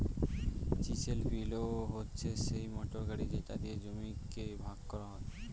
chisel plough হচ্ছে সিই motor গাড়ি যেটা দিয়ে জমিকে ভাগ করা হয়